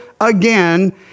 again